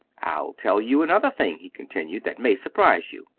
i'll tell you another thing, he continued, that may surprise you.